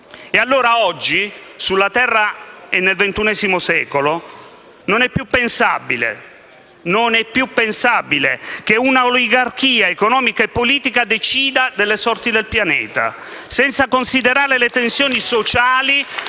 E allora oggi, sulla terra e nel ventunesimo secolo, non è più pensabile che una oligarchia economica e politica decida delle sorti del pianeta *(Applausi dal Gruppo M5S)*, senza considerare le tensioni sociali